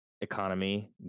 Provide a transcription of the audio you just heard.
economy